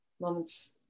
moments